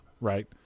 right